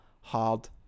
hard